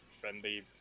friendly